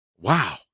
wow